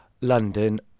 London